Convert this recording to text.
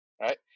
Right